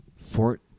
Fort